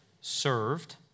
Served